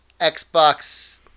Xbox